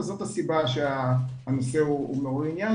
אז זאת הסיבה שהנושא מעורר עניין.